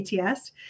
ATS